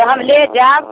तऽ हम ले जायब